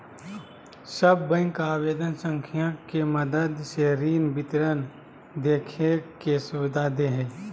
सब बैंक आवेदन संख्या के मदद से ऋण विवरण देखे के सुविधा दे हइ